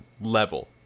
level